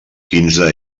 quinze